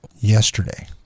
yesterday